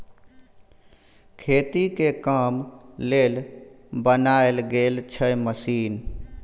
खेती के काम लेल बनाएल गेल छै मशीन